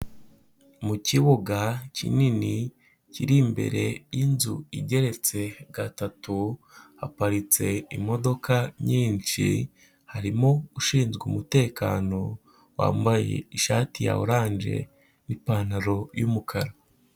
Mu kibuga kinini kiri imbere y'inzu igeretse gatatu, haparitse imodoka nyinshi, harimo ushinzwe umutekano wambaye ishati ya oranje n'ipantaro y'umukara.